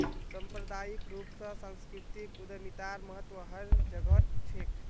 सांप्रदायिक रूप स सांस्कृतिक उद्यमितार महत्व हर जघट छेक